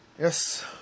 Yes